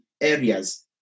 areas